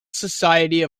society